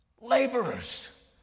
Laborers